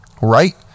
Right